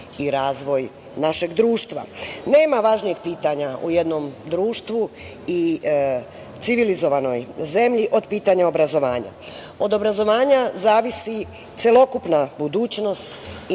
i razvoj našeg društva. Nema važnijeg pitanja u jednom društvu i civilizovanoj zemlji od pitanja obrazovanja. Od obrazovanja zavisi celokupna budućnost